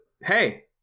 hey